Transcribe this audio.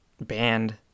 band